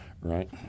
right